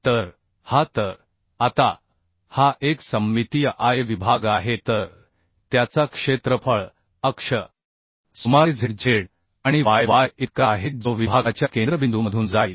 तर हा तर आता हा एक सममितीय I विभाग आहे तर त्याचा क्षेत्रफळ अक्ष सुमारे zz आणि yy इतका आहे जो विभागाच्या केंद्रबिंदूमधून जाईल